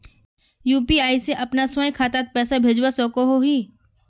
UPI से अपना स्वयं खातात पैसा भेजवा सकोहो ही?